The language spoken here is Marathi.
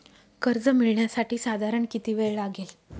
कर्ज मिळविण्यासाठी साधारण किती वेळ लागेल?